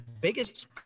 biggest